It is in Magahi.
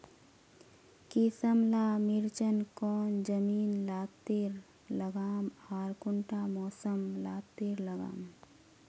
किसम ला मिर्चन कौन जमीन लात्तिर लगाम आर कुंटा मौसम लात्तिर लगाम?